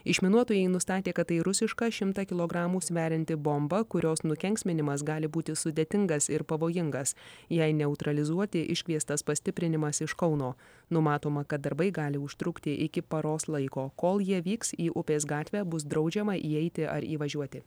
išminuotojai nustatė kad tai rusiška šimtą kilogramų sverianti bomba kurios nukenksminimas gali būti sudėtingas ir pavojingas jai neutralizuoti iškviestas pastiprinimas iš kauno numatoma kad darbai gali užtrukti iki paros laiko kol jie vyks į upės gatvę bus draudžiama įeiti ar įvažiuoti